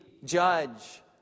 ...judge